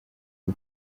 ubu